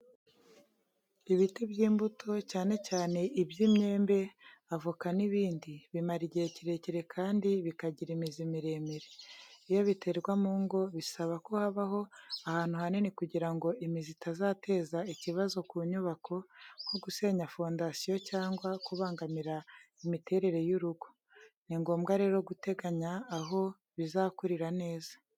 Ibiti by’imbuto, cyane cyane iby’imyembe, avoka n’ibindi, bimara igihe kirekire kandi bikagira imizi miremire. Iyo biterwa mu ngo bisaba ko habaho ahantu hanini kugira ngo imizi itazateza ikibazo ku nyubako, nko gusenya fondasiyo cyangwa kubangamira imiterere y’urugo. Ni ngombwa rero guteganya aho bizakurira neza.